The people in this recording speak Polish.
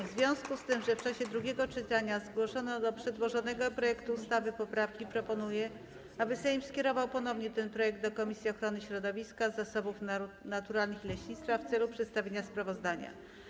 W związku z tym, że w czasie drugiego czytania zgłoszono do przedłożonego projektu ustawy poprawki, proponuję, aby Sejm skierował ponownie ten projekt do Komisji Ochrony Środowiska, Zasobów Naturalnych i Leśnictwa w celu przedstawienia sprawozdania.